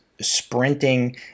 sprinting